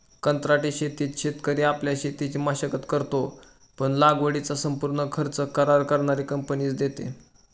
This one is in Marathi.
कंत्राटी शेतीत शेतकरी आपल्या शेतीची मशागत करतो, पण लागवडीचा संपूर्ण खर्च करार करणारी कंपनीच देते